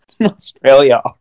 Australia